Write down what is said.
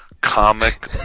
comic